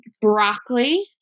broccoli